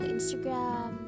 Instagram